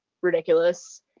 ridiculous